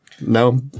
No